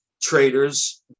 traders